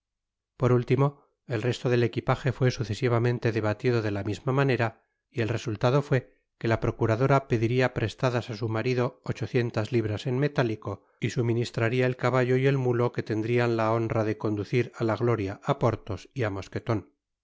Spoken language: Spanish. por último el resto del equipage fué sucesivamente debatido de la misma manera y el resultado fué que la procuradora pediria prestadas á su marido ochocientas libras en metálico y suministraria el caballo y el mulo que tendrian la honra de conducir á la gloria á porthos y á mosqueton